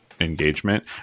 engagement